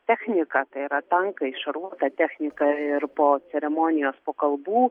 technika tai yra tankai šarvuota technika ir po ceremonijos po kalbų